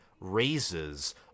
raises